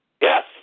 Yes